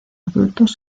adultos